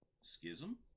schism